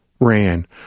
ran